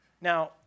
Now